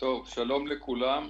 שלום לכולם,